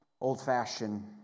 old-fashioned